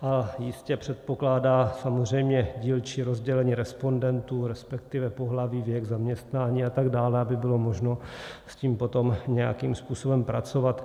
A jistě předpokládá samozřejmě dílčí rozdělení respondentů, respektive pohlaví, věk, zaměstnání a tak dále, aby bylo možno s tím potom nějakým způsobem pracovat.